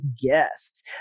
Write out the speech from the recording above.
guest